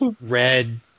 red